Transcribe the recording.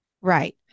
Right